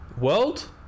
World